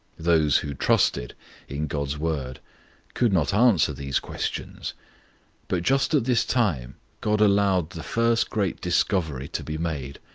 those who trusted in god's word could not answer these questions but just at this time god allowed the first great discovery to be made